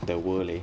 the world leh